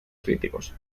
críticos